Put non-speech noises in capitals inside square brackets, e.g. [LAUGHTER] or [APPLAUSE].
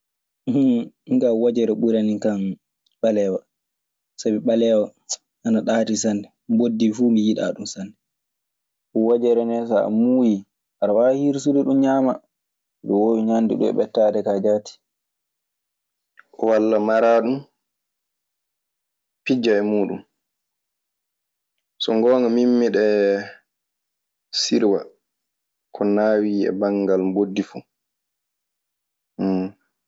Min kaa wojere ɓuranikan ɓaleewa, sabi ɓaleewa ana ɗaati sanne. Mboddi fuu mi yiɗaa ɗun sanne. Wojere ne, so a muuyii, aɗe waawi hirsude ɗun ñaamaa. Miɗe woowi ñaande ɗun e ɓettaade kaa jaati. Walla maraa ɗun, pijjaa e muuɗun. So ngoonga min miɗe sirwa ko naawii e banngam mboddi fu. [NOISE]